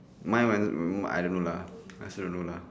my one I don't know lah I also don't know lah